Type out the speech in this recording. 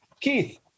Keith